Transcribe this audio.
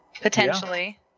Potentially